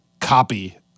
copy